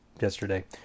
yesterday